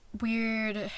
weird